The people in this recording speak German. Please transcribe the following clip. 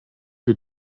wir